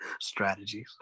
Strategies